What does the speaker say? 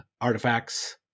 artifacts